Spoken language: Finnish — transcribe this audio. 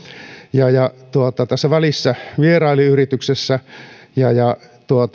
ja ja tässä välissä vierailin yrityksessä ja ja